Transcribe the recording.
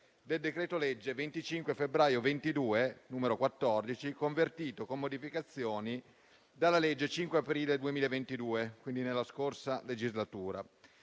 del decreto-legge 25 febbraio 2022, n. 14, convertito, con modificazioni, dalla legge 5 aprile 2022, n. 28, nella scorsa legislatura.